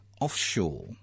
offshore